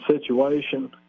situation